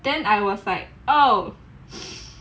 then I was like oh